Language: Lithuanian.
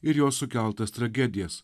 ir jo sukeltas tragedijas